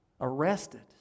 arrested